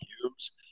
Humes